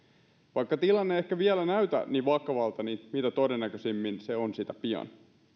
vaikka tilanne ei ehkä vielä näytä niin vakavalta niin mitä todennäköisimmin se on sitä pian